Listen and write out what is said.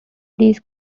these